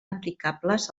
aplicables